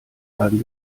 bleiben